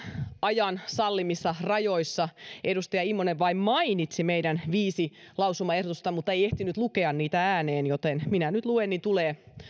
ajan sallimissa rajoissa edustaja immonen vain mainitsi meidän viisi lausumaehdotustamme mutta ei ehtinyt lukea niitä ääneen joten minä nyt luen niin että